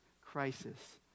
crisis